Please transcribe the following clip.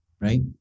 right